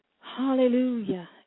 Hallelujah